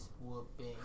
whooping